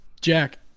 Jack